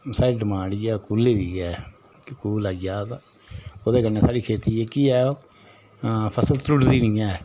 साढ़ी डिमांड इ'यै कूह्ले दी गै कूह्ल आइया तां ओह्दे कन्नै साढ़ी खेती जेह्की ऐ फसल त्रुट्दी निं ऐ